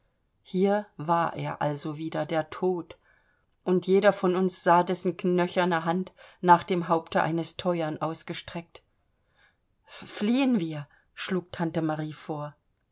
hier war er also wieder der tod und jeder von uns sah dessen knöcherne hand nach dem haupte eines teuern ausgestreckt fliehen wir schlug tante marie vor